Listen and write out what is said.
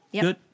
Good